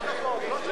משיב?